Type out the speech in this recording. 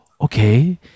Okay